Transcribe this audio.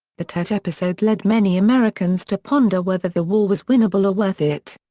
the tet episode led many americans to ponder whether the war was winnable or worth it.